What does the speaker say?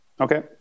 Okay